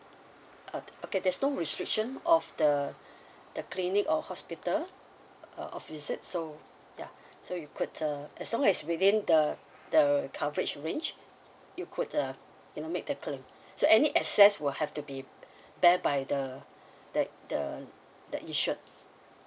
uh okay there's no restriction of the the clinic or hospital uh of visit so ya so you could uh as long as within the the coverage range you could uh you know make the claim so any excess will have to be bear by the the the the insured